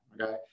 Okay